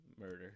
murder